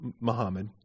Muhammad